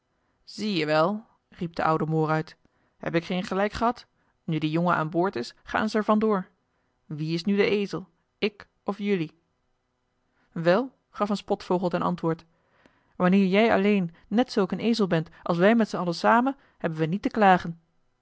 verried zie-je wel riep de oude moor uit heb ik geen gelijk gehad nu die jongen aan boord is gaan ze er van door wie is nu de ezel ik of jelui wel gaf een spotvogel ten antwoord wanneer jij alleen net zulk een ezel bent als wij met z'n allen samen hebben wij niet te klagen